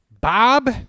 Bob